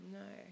no